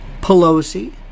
Pelosi